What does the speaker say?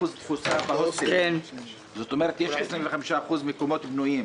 ש-25% עדיין פנוי.